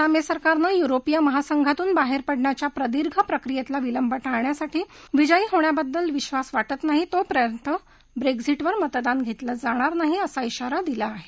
व्रिटेनच्या Theresa May सरकारनं युरोपीय महासंघातून बाहेर पडण्याच्या प्रदीर्घ प्रक्रियेतला विलंब टाळण्यासाठी विजयी होण्याबाबत विश्वास वाटत नाही तोपर्यंत ब्रेश्झिटवर मतदान घेतलं जाणार नाही असा इशारा दिला आहे